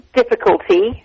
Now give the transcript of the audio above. difficulty